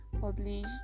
published